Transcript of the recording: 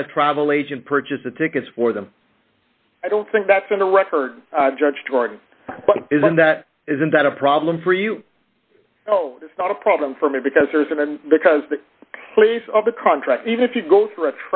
not a travel agent purchased the tickets for them i don't think that's in the record judge barnes isn't that isn't that a problem for you oh it's not a problem for me because there isn't then because the place of the contract even if you go through a